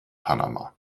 panama